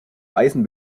eisen